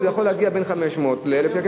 שזה יכול להגיע בין 500 ל-1,000 שקל,